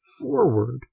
forward